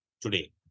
today